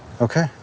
Okay